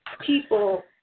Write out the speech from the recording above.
people